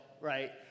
right